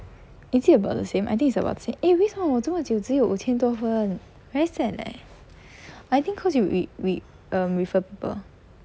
is it about the same I think it's about the same eh 为什么我这么久只有五千多分 very sad leh I think cause you re~ re~ um refer people